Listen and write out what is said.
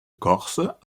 corse